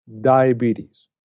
diabetes